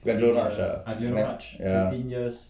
Glendronach ah yup ya